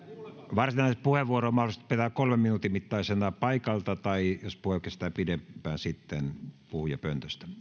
varsinaisia puheenvuoroja on mahdollista pitää kolmen minuutin mittaisina paikalta tai jos puhe kestään pidempään sitten puhujapöntöstä